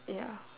ya